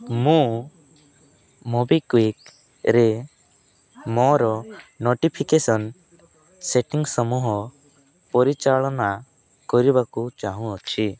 ମୁଁ ମୋବିକ୍ଵିକ୍ରେ ମୋର ନୋଟିଫିକେସନ୍ ସେଟିଂ ସମୂହ ପରିଚାଳନା କରିବାକୁ ଚାହୁଁଅଛି